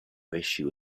issue